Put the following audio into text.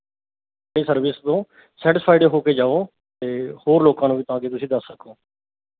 service ਤੋਂ satisfied ਹੋ ਕੇ ਜਾਓ ਅਤੇ ਹੋਰ ਲੋਕਾਂ ਨੂੰ ਵੀ ਤਾਂ ਕਿ ਤੁਸੀਂ ਦੱਸ ਸਕੋ